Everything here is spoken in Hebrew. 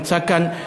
נמצא כאן,